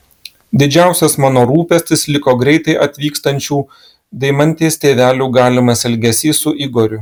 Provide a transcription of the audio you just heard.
didžiausias mano rūpestis liko greitai atvykstančių deimantės tėvelių galimas elgesys su igoriu